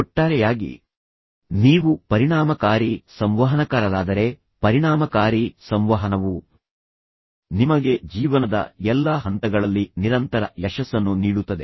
ಒಟ್ಟಾರೆಯಾಗಿ ನೀವು ಪರಿಣಾಮಕಾರಿ ಸಂವಹನಕಾರರಾದರೆ ಪರಿಣಾಮಕಾರಿ ಸಂವಹನವು ನಿಮಗೆ ಜೀವನದ ಎಲ್ಲಾ ಹಂತಗಳಲ್ಲಿ ನಿರಂತರ ಯಶಸ್ಸನ್ನು ನೀಡುತ್ತದೆ